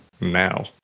now